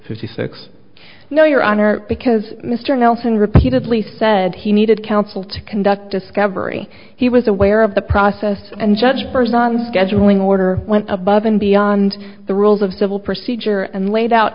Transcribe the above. see six no your honor because mr nelson repeatedly said he needed counsel to conduct discovery he was aware of the process and judge bars on scheduling order went above and beyond the rules of civil procedure and laid out